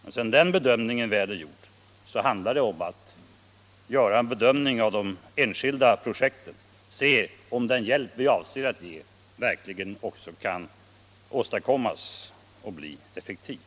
Men sedan den bedömningen väl är gjord handlar det om att bedöma de enskilda projekten och se om den hjälp vi avser att ge verkligen kan åstadkommas och bli effektiv.